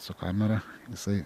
su kamera jisai